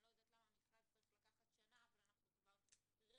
אני לא יודעת למה זה צריך לקחת שנה אבל אנחנו כבר רגע